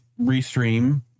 Restream